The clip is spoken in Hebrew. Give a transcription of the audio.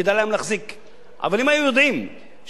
אבל אם היו יודעים שאני נותן, נגיד, שנה זמן.